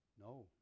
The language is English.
No